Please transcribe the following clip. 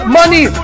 money